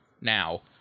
now